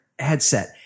Headset